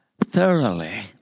thoroughly